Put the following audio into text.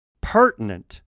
pertinent